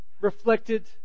reflected